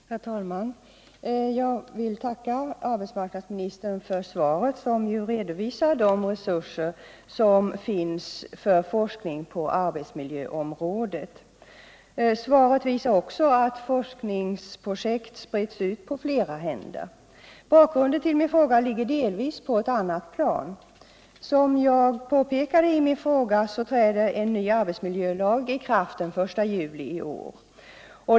Herr talman! Jag vill tacka arbetsmarknadsministern för svaret, som redovisar de resurser som finns för forskning på arbetsmiljöområdet. Svaret visar också att forskningsprojekt sprids ut på flera händer. Bakgrunden till min fråga ligger delvis på ett annat plan. Som jag påpekade i min fråga träder en ny arbetsmiljölag i kraft den 1 juli i år.